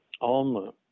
alma